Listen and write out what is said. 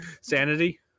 sanity